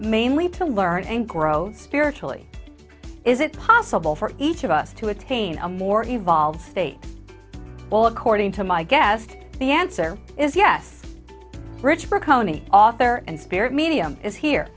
mainly to learn and grow spiritually is it possible for each of us to attain a more evolved state while according to my guest the answer is yes rich for kone author and spirit medium is here